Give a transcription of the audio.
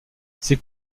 ses